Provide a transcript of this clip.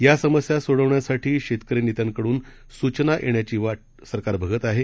या समस्या सोडवण्यासाठी शेतकरी नेत्यांकडून सूचना येण्याची वाट सरकार बघत आहे